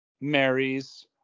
marries